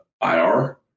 IR